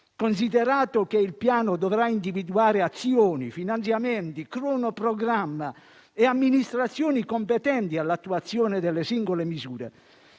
considerare che il Piano dovrà individuare azioni, finanziamenti, cronoprogramma e amministrazioni competenti all'attuazione delle singole misure